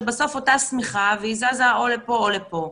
זה בסוף אותה שמיכה והיא זזה או לפה או לפה.